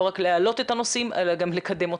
לא רק לעלות את הנושאים, אלא גם לקדם אותם.